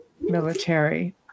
military